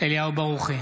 אליהו ברוכי,